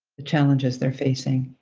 the challenges they're facing,